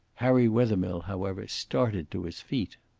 harry wethermill, however, started to his feet.